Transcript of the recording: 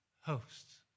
hosts